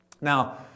Now